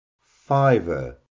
fiver